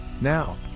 Now